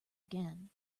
again